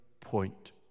point